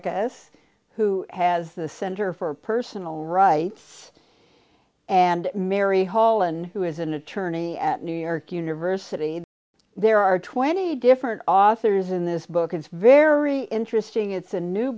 havok us who has the center for personal rights and mary hall and who is an attorney at new york university there are twenty different authors in this book it's very interesting it's a new